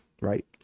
Right